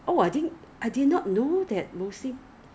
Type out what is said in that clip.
要保养要保养 do you use any 保养品